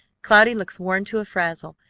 cloudy looks worn to a frazzle,